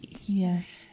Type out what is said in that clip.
Yes